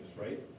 right